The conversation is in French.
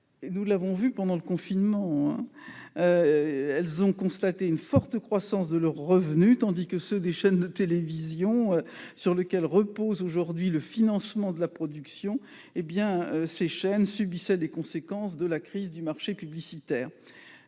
crucial. Pendant le confinement, ces plateformes ont enregistré une forte croissance de leurs revenus, tandis que ceux des chaînes de télévision, sur lesquelles repose aujourd'hui le financement de la production, subissaient les conséquences de la crise du marché publicitaire.